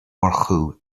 murchú